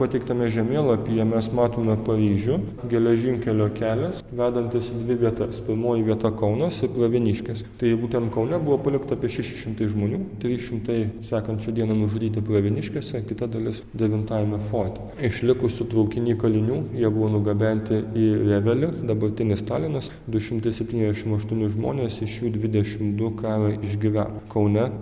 pateiktame žemėlapyje mes matome paryžių geležinkelio kelias vedantis į dvi vietas pirmoji vieta kaunas ir pravieniškės tai jeigu ten kaune buvo palikta apie šeši šimtai žmonių trys šimtai sekančią dieną nužudyti pravieniškėse kita dalis devintajame forte išlikusių traukiny kalinių jie buvo nugabenti į revelį dabartinis talinas du šimtai septyniasdešim aštuoni žmonės iš jų dvidešim du karą išgyveno kaune